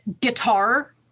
guitar